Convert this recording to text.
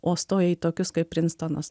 o stoja į tokius kaip prinstonas